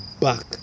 back